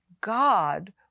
God